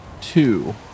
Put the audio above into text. Two